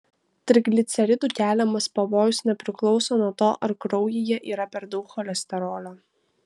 trigliceridų keliamas pavojus nepriklauso nuo to ar kraujyje yra per daug cholesterolio